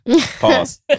Pause